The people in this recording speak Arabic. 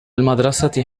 المدرسة